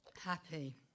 Happy